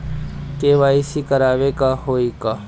KYC करावे के होई का?